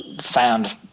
found